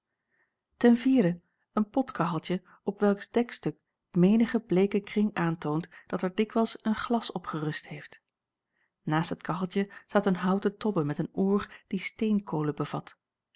o en potkacheltje op welks dekstuk menige bleeke kring aantoont dat er dikwijls een glas op gerust heeft naast het kacheltje staat een houten tobbe met een oor die steenkolen bevat